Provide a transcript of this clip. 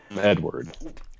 Edward